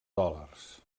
dòlars